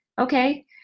okay